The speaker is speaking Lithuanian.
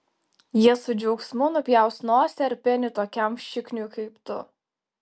jie su džiaugsmu nupjaus nosį ar penį tokiam šikniui kaip tu